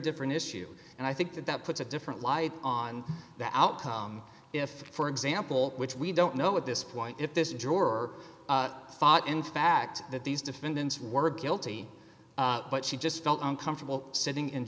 different issue and i think that that puts a different light on the outcome if for example which we don't know at this point if this is your thought in fact that these defendants were guilty but she just felt uncomfortable sitting in